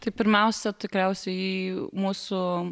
tai pirmiausia tikriausiai į mūsų